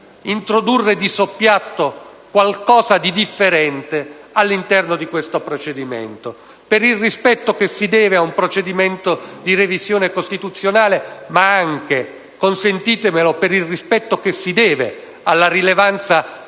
introdurre di soppiatto qualcosa di differente all'interno di questo procedimento, per il rispetto che si deve ad un procedimento di revisione costituzionale, ma anche - consentitemelo - per il rispetto che si deve alla rilevanza del tema